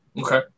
Okay